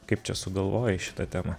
kaip čia sugalvojai šitą temą